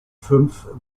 fünf